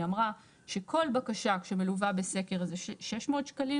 היא אמרה שכל בקשה שלא מלווה בסקר אווירונאוטי - 600 שקלים